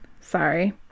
sorry